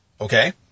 Okay